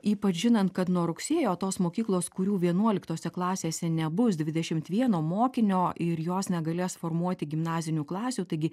ypač žinant kad nuo rugsėjo tos mokyklos kurių vienuoliktose klasėse nebus dvidešimt vieno mokinio ir jos negalės formuoti gimnazinių klasių taigi